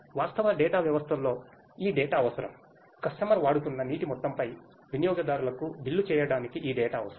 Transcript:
వాస్తవ డేటా వ్యవస్థల్లో ఈ డేటా అవసరం కస్టమర్ వాడుతున్న నీటి మొత్తంపై వినియోగదారులకు బిల్లు చేయడానికి ఈ డేటా అవసరం